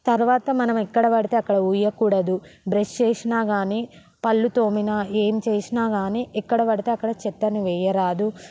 తర్వాత మనం ఎక్కడబడితే అక్కడ ఉయ్యకూడదు బ్రష్ చేసినా కాని పళ్ళుతోమినా ఏం చేసినా కాని ఎక్కడపడితే అక్కడ చెత్తను వేయరాదు